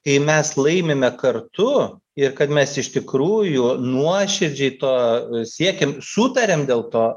kai mes laimime kartu ir kad mes iš tikrųjų nuoširdžiai to siekiam sutariam dėl to